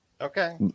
Okay